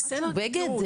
בגד?